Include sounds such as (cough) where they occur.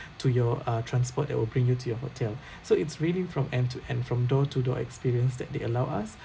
to your uh transport that will bring you to your hotel (breath) so it's really from end-to-end from door-to-door experience that they allow us